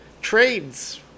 Trades